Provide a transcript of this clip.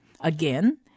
Again